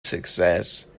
success